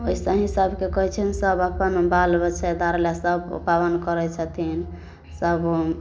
अइसे ही सबके कहै छियैशनि सब अपन बाल बच्चेदार लऽ सब पाबनि करै छथिन सब